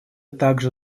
также